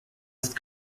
ist